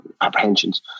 apprehensions